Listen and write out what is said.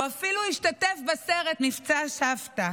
הוא אפילו השתתף בסרט "מבצע סבתא".